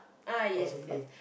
ah yes yes